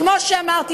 כמו שאמרתי,